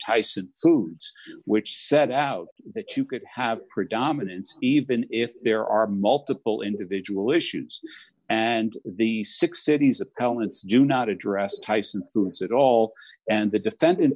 tyson foods which set out that you could have predominance even if there are multiple individual issues and the six cities appellants do not address tyson foods at all and the defendant